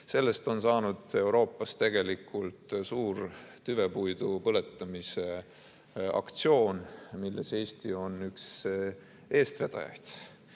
on saanud Euroopas tegelikult suur tüvepuidu põletamise aktsioon, milles Eesti on üks eestvedajaid.